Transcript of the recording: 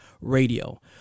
radio